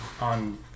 on